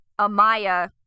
Amaya